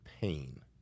pain